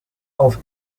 auf